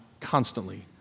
constantly